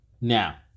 Now